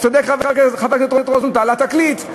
צודק חבר הכנסת רוזנטל, התקליט.